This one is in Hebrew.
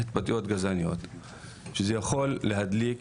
התבטאויות גזעניות שזה יכול להדליק